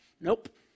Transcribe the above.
Nope